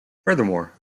furthermore